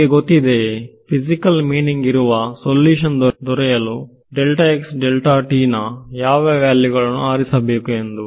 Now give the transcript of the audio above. ನಿಮಗೆ ಗೊತ್ತಿದೆಯೇ physical meaning ಇರುವ ಸೊಲ್ಯೂಶನ್ ದೊರೆಯಲು ನ ಯಾವ ವ್ಯಾಲ್ಯು ಗಳನ್ನು ಆರಿಸಬೇಕು ಎಂದು